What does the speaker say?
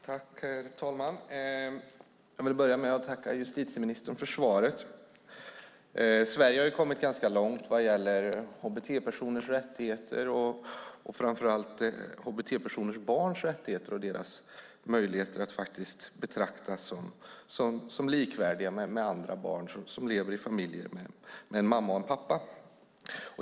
Herr talman! Jag vill börja med att tacka justitieministern för svaret. Sverige har kommit ganska långt vad gäller hbt-personers rättigheter och framför allt hbt-personers barns rättigheter och deras möjligheter att betraktas som likvärdiga med barn som lever i familjer med en mamma och en pappa.